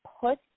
put